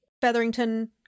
Featherington